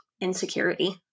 insecurity